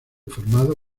formado